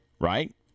right